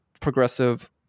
progressive